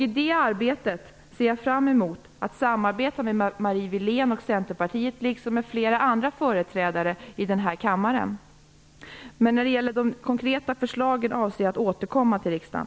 I det arbetet ser jag fram emot att samarbeta med Marie Wilén och Centerpartiet, liksom med flera andra företrädare i den här kammaren. Men när det gäller de konkreta förslagen avser jag att återkomma till riksdagen.